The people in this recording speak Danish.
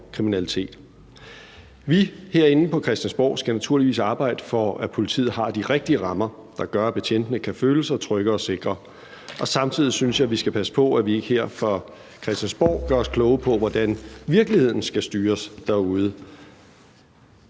kriminalitet. Vi herinde på Christiansborg skal naturligvis arbejde for, at politiet har de rigtige rammer, der gør, at betjentene kan føle sig trygge og sikre, og samtidig synes jeg, at vi skal passe på, at vi ikke her fra Christiansborgs side gør os kloge på, hvordan virkeligheden skal styres derude,